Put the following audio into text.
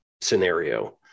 scenario